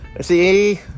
See